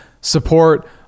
support